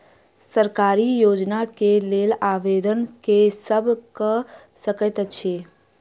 सरकारी योजना केँ लेल आवेदन केँ सब कऽ सकैत अछि?